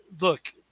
Look